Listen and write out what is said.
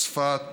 צפת,